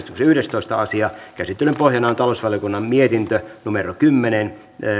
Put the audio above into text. yhdestoista asia käsittelyn pohjana on talousvaliokunnan mietintö kymmenen